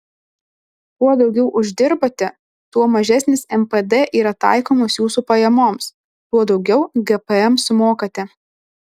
kuo daugiau uždirbate tuo mažesnis npd yra taikomas jūsų pajamoms tuo daugiau gpm sumokate